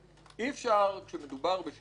אי-אפשר כשמדובר בשאלות חוקתיות,